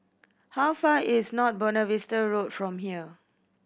how far is North Buona Vista Road from here